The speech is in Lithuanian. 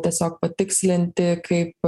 tiesiog patikslinti kaip